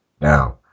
now